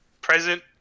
present